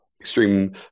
extreme